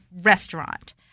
restaurant